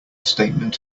statement